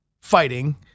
fighting